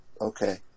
okay